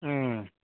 ꯎꯝ